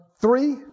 three